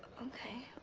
ok.